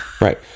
Right